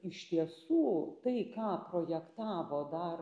iš tiesų tai ką projektavo dar